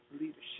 leadership